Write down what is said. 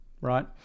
right